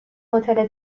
هتل